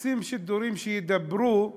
הם רוצים שידורים שידברו אתם,